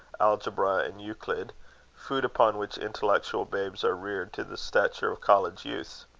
algebra and euclid food upon which intellectual babes are reared to the stature of college youths.